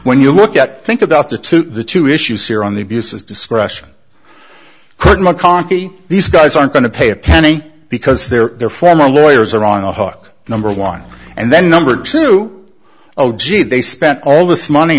when you look at think about the two the two issues here on the abuses discretion could mcconkey these guys aren't going to pay a penny because their their former lawyers are on the hook number one and then number two oh gee they spent all this money